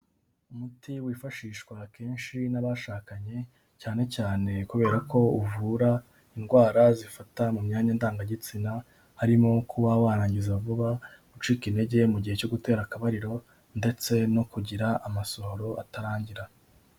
Umuti wifashishwa akenshi n'abashakanye cyane cyane kubera ko uvura indwara zifata mu myanya ndangagitsina, harimo kuba warangiza vuba, gucika intege mu gihe cyo gutera akabariro ndetse no kugira amasohoro atarangira.